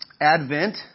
Advent